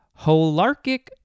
holarctic